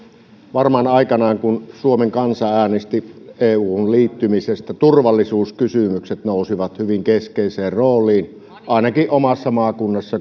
aikanaan kun suomen kansa äänesti euhun liittymisestä turvallisuuskysymykset nousivat hyvin keskeiseen rooliin ainakin omassa maakunnassani